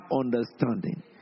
understanding